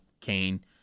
Kane